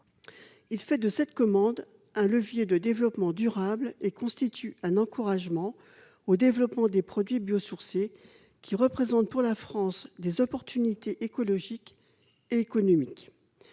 Il fait de cette commande un levier de développement durable et constitue un encouragement au développement des produits biosourcés qui représentent, pour la France, des opportunités écologiques et économiques.